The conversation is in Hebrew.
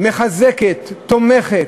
מחזקת, תומכת,